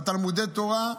בתלמודי תורה,